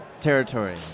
territory